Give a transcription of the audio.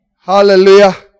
Hallelujah